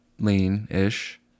lean-ish